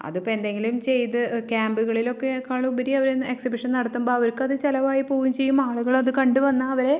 അതിപ്പോൾ എന്തെങ്കിലും ചെയ്ത് ക്യാമ്പുകളിലൊക്കേക്കാളുപരി അവർ എക്സിബിഷൻ നടത്തുമ്പോൾ അവർക്കത് ചിലവായി പോകുകയും ചെയ്യും ആളുകളത് കണ്ടു വന്ന് അവരെ